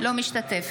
אינו משתתף